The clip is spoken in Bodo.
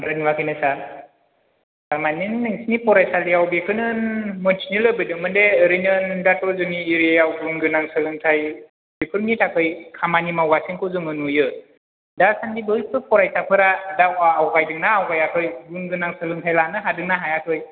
नुवाखै ना सार थारमानि नोंसोरनि फरायसालियाव बेखौनो मिथिनो लुबैदोंमोन जे ओरैनो दाथ' जोंनि एरियायाव गुन गोनां सोलोंथाइ बेफोरनि थाखाय खामानि मावगासिनोखौ जोंबो नुयो दासान्दि बैसोर फरायसाफोरा दावगा आवगायदोंना आवगायाखै बारायाखै गुन गोनां सोलोंथाइ लानो हादोंना हायाखै